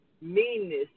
meanness